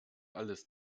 alles